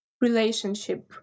relationship